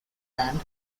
band